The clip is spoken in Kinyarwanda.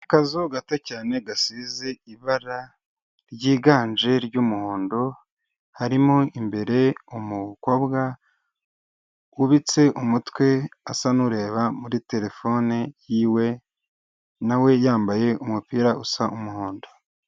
Akazu gato cyane gasize ibara ryiganje ry'umuhondo, harimo imbere umukobwa wubitse umutwe asa n'ureba muri telefone yiwe nawe yambaye umupira usa umuhondo.